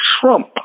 Trump